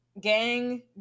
gang